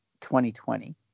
2020